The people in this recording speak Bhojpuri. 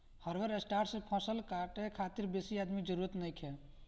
हार्वेस्टर से फसल काटे खातिर बेसी आदमी के जरूरत नइखे